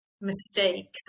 mistakes